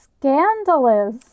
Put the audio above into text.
scandalous